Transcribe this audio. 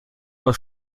was